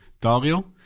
Dario